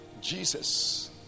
Jesus